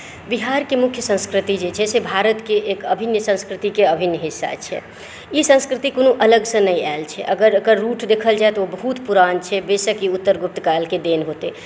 बिहारके मुख्य संस्कृति जे छै से भारतके एक अभिन्न संस्कृतिके अभिन्न हिस्सा छै ई संस्कृति कोनो अलग सॅं नहि आयल छै अगर एकर रुट देखल जाए तऽ बहुत पुरान छै बेसक ई उत्तर गुप्तकालके देल हेतै